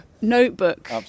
notebook